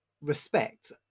respect